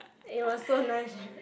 it was so nice right